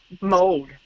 mode